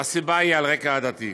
הסיבה היא על רקע עדתי.